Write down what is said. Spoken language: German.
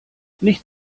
nicht